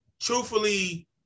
Truthfully